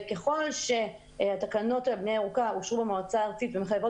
ככל שהתקנות לבנייה ירוקה אושרו במועצה הארצית והן מחייבות